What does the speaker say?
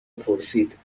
پرسید